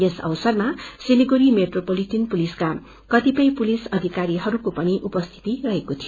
यस अवसरमा सिलगडी मेट्रोपोलिटन पुलिसका कतिपय पुलिस अधिकारीहरूको पनि उपस्थित रहेको थियो